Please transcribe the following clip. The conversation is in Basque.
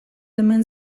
hemen